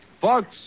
Folks